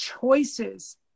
choices